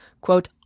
Quote